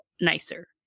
nicer